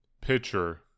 pitcher